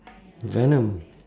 venom